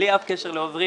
בלי אף קשר לעוזרים,